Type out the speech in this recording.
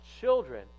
children